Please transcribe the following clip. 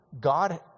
God